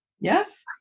yes